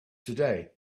today